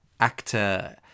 actor